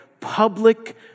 public